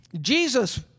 Jesus